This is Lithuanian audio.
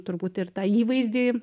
turbūt ir tą įvaizdį